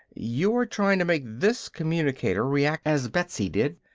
you are trying to make this communicator react as betsy did.